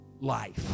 life